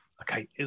Okay